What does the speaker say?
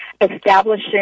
establishing